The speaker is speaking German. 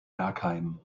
bergheim